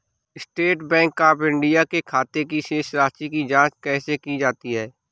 State Bank of India के खाते की शेष राशि की जॉंच कैसे की जा सकती है?